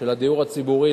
של הדיור הציבורי,